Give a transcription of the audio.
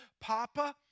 Papa